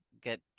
get